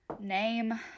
Name